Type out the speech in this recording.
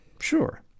Sure